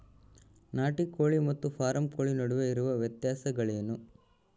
ನಾಟಿ ಕೋಳಿ ಮತ್ತು ಫಾರಂ ಕೋಳಿ ನಡುವೆ ಇರುವ ವ್ಯತ್ಯಾಸಗಳೇನು?